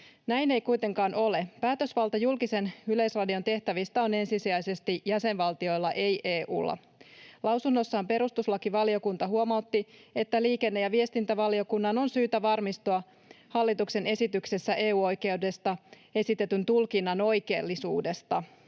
Näin ei kuitenkaan ole. Päätösvalta julkisen yleisradion tehtävistä on ensisijaisesti jäsenvaltioilla, ei EU:lla. Lausunnossaan perustuslakivaliokunta huomautti, että liikenne- ja viestintävaliokunnan on syytä varmistua hallituksen esityksessä EU-oikeudesta esitetyn tulkinnan oikeellisuudesta